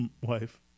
wife